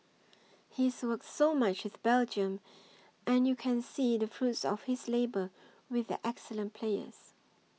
he's worked so much with Belgium and you can see the fruits of his labour with their excellent players